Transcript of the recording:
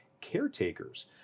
caretakers